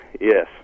Yes